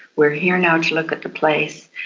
we're here now to look at the place,